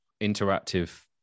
interactive